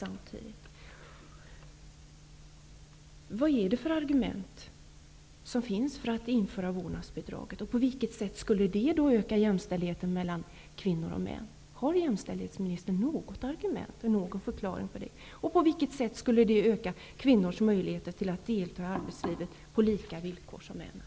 Vad finns det för argument för att införa vårdnadsbidraget, och på vilket sätt skulle det då öka jämställdheten mellan kvinnor och män? Har jämställdhetsministern något argument för och någon förklaring till detta? På vilket sätt skulle detta öka kvinnors möjligheter att delta i arbetslivet på lika villkor som männen?